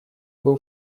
был